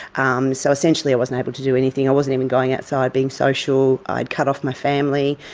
um so essentially i wasn't able to do anything, i wasn't even going outside, being social. i had cut off my family,